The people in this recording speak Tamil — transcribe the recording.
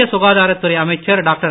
மத்திய சுகாதாரத்துறை அமைச்சர் டாக்டர்